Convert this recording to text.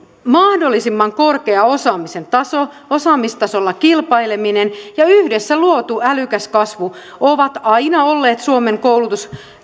mahdollisimman korkea osaamisen taso osaamistasolla kilpaileminen ja yhdessä luotu älykäs kasvu ovat aina olleet suomen koulutus